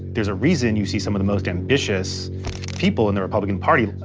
there's a reason you see some of the most ambitious people in the republican party,